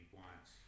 wants